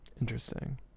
Interesting